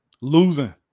Losing